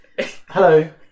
Hello